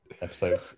episode